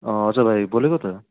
छ भाइ बोलेको त